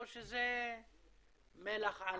או שזה מלח על